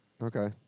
Okay